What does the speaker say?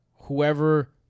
whoever